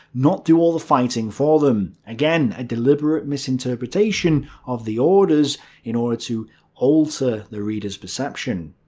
not do all the fighting for them. again, a deliberate misinterpretation of the orders in order to alter the reader's perception.